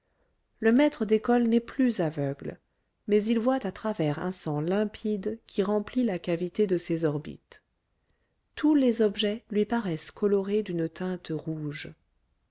le maître d'école n'est plus aveugle mais il voit à travers un sang limpide qui remplit la cavité de ses orbites tous les objets lui paraissent colorés d'une teinte rouge